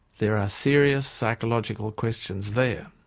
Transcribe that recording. there are serious psychological questions there.